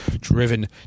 driven